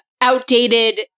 outdated